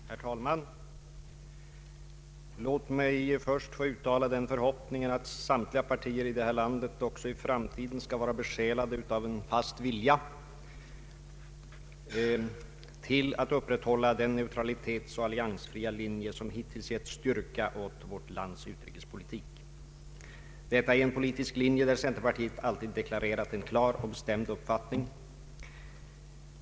Herr talman! Låt mig först få uttala den förhoppningen att samtliga partier i detta land också i framtiden skall vara besjälade av en fast vilja till att upprätthålla den neutralitet och alliansfria linje som hittills gett styrka åt vårt lands utrikespolitik. Detta är en politisk linje där centerpartiet alltid deklarerat en klar och bestämd uppfattning.